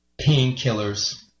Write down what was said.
painkillers